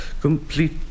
Complete